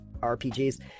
RPGs